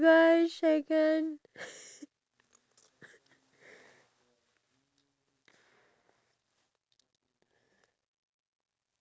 K so nowadays you know in um the era that we live in we have a lot of more things uh as compared to the past era right